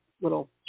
little